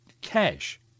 cash